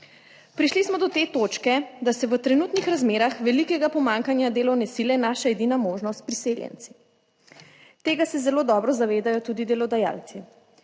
Prišli smo do te točke, da so v trenutnih razmerah velikega pomanjkanja delovne sile naša edina možnost s priseljenci. Tega se zelo dobro zavedajo tudi delodajalci.